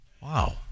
Wow